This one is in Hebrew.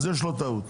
יש לו טעות.